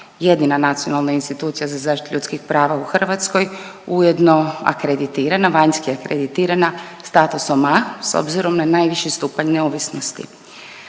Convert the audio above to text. jedina nacionalna institucija za zaštitu ljudskih prava u Hrvatskoj ujedno akreditirana, vanjske akreditirana statusom A s obzirom na najviši stupanj neovisnosti.